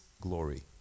glory